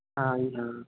ਹਾਂਜੀ ਹਾਂ